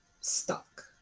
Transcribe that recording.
stuck